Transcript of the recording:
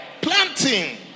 planting